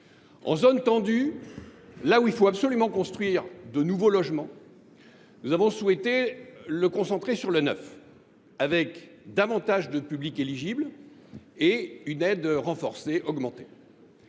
En zone tendue, là où il faut absolument construire de nouveaux logements, nous avons souhaité le concentrer sur le neuf, avec davantage de publics éligibles et une aide renforcée. En zone